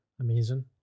amazing